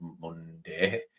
Monday